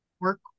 work